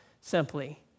simply